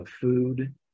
food